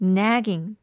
nagging